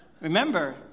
Remember